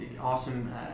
awesome